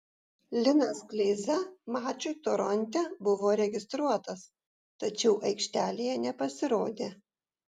linas kleiza mačui toronte buvo registruotas tačiau aikštelėje nepasirodė